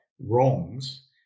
wrongs